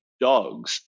dogs